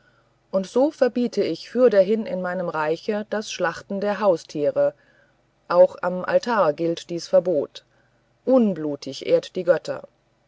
und so verbiete ich fürderhin in meinem reiche das schlachten der haustiere auch am altar gilt dies verbot unblutig ehrt die götter